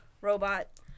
robot